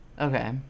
Okay